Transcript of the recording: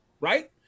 right